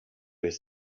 his